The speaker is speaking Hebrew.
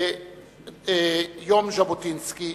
נעבור עכשיו ליום ז'בוטינסקי,